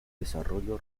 desarrollo